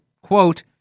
quote